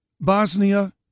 Bosnia